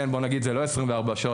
בוא נגיד שזה לא 24 שעות,